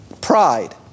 pride